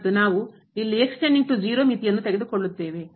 ಮತ್ತು ನಾವು ಇಲ್ಲಿ ಮಿತಿಯನ್ನು ತೆಗೆದುಕೊಳ್ಳುತ್ತೇವೆ